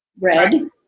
red